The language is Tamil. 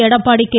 எடப்பாடி கே